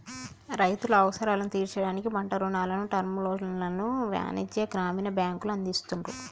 రైతుల అవసరాలను తీర్చడానికి పంట రుణాలను, టర్మ్ లోన్లను వాణిజ్య, గ్రామీణ బ్యాంకులు అందిస్తున్రు